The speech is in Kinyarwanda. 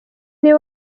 niwe